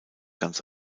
ganz